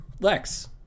Lex